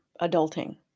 adulting